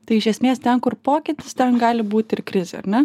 tai iš esmės ten kur pokytis ten gali būt ir krizė ar ne